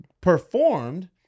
performed